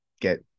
get